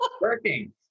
working